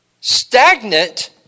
stagnant